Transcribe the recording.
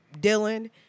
dylan